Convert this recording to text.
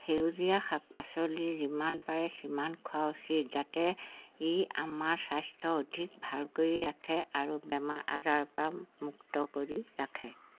সেউজীয়া শাক পাচলি যিমান পাৰে সিমান খোৱা উচিত যাতে ই আমাৰ স্বাস্থ্য অধিক ভাল কৰি ৰাখে আৰু বেমাৰ আজাৰৰপৰা মুক্ত কৰি ৰাখে